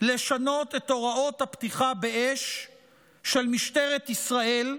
לשנות את הוראות הפתיחה באש של משטרת ישראל,